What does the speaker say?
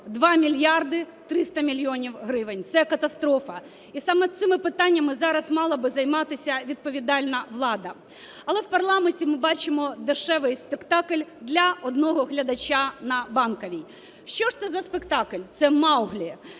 2 мільярди 300 мільйонів гривень. Це катастрофа. І саме цими питаннями зараз мала би займатися відповідальна влада. Але в парламенті ми бачимо дешевий спектакль для одного глядача на Банковій. Що ж це за спектакль? Це "Мауглі".